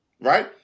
Right